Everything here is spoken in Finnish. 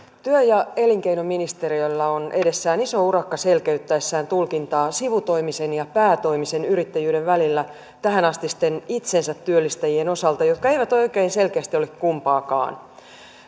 työ ja elinkeinoministeriöllä on edessään iso urakka selkeyttäessään tulkintaa sivutoimisen ja päätoimisen yrittäjyyden välillä tähänastisten itsensä työllistäjien osalta jotka eivät oikein selkeästi ole kumpaakaan